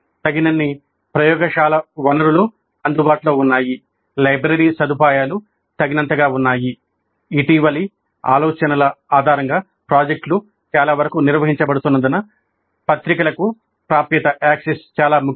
తగినంత ప్రయోగశాల వనరులు అందుబాటులో ఉన్నాయి లైబ్రరీ సదుపాయాలు తగినంతగా ఉన్నాయి చాలా ముఖ్యం